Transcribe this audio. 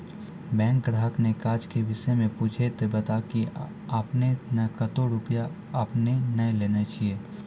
Bank ग्राहक ने काज के विषय मे पुछे ते बता की आपने ने कतो रुपिया आपने ने लेने छिए?